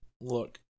look